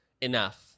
Enough